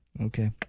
Okay